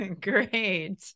Great